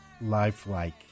lifelike